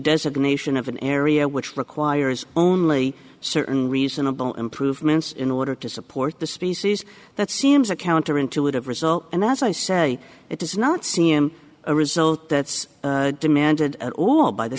designation of an area which requires only certain reasonable improvements in order to support the species that seems a counter intuitive result and as i say it is not c m a result that's demanded at all by the